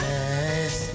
Yes